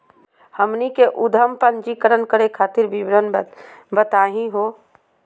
हमनी के उद्यम पंजीकरण करे खातीर विवरण बताही हो?